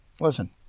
listen